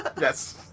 yes